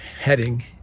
heading